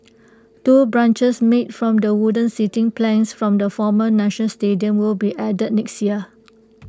two benches made from the wooden seating planks from the former national stadium will be added next year